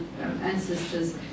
ancestors